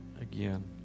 again